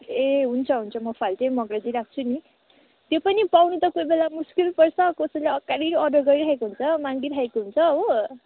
ए हुन्छ हुन्छ म फाल्टै मगाइदिई राख्छु नि त्यो पनि पाउनु त कोही बेला मुस्किल पर्छ कसैले अगाडि अर्डर गरिराखेको हुन्छ मागिराखेको हुन्छ हो